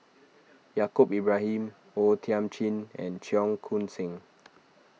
Yaacob Ibrahim O Thiam Chin and Cheong Koon Seng